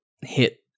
hit